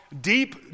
deep